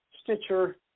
Stitcher